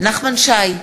נחמן שי,